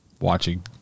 watching